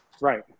Right